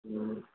ہوں